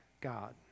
God